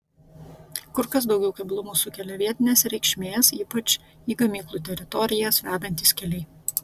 kur kas daugiau keblumų sukelia vietinės reikšmės ypač į gamyklų teritorijas vedantys keliai